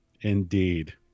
Indeed